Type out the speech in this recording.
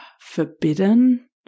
forbidden